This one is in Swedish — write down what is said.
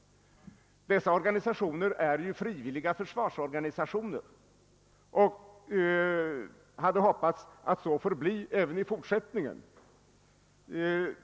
Men dessa sammanslutningar är frivilliga försvarsorganisationer och hoppas så förbli även i fortsättningen.